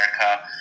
America